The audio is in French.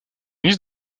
liste